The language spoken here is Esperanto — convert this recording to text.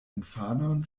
infanon